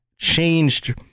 Changed